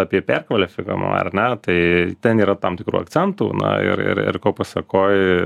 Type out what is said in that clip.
apie perkvalifikavimą ar ne tai ten yra tam tikrų akcentų na ir ir ir ko pasakoj